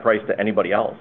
price to anybody else